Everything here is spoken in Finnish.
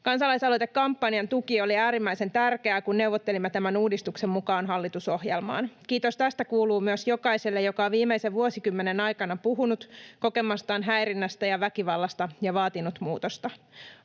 Kansa-laisaloitekampanjan tuki oli äärimmäisen tärkeää, kun neuvottelimme tämän uudistuksen mukaan hallitusohjelmaan. Kiitos tästä kuuluu myös jokaiselle, joka on viimeisen vuosikymmenen aikana puhunut kokemastaan häirinnästä ja väkivallasta ja vaatinut muutosta.